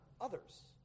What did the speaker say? others